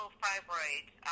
fibroids